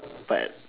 but